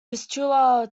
vistula